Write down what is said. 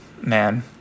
Man